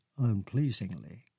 unpleasingly